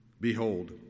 Behold